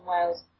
Wales